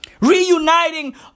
Reuniting